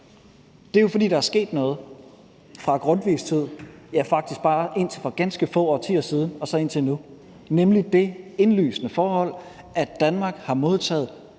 Det er jo, fordi der er sket noget fra Grundtvigs tid, ja faktisk bare indtil for ganske få årtier siden og indtil nu, nemlig det indlysende forhold, at Danmark har modtaget